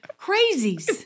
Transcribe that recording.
crazies